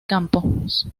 campos